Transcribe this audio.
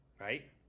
right